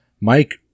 Mike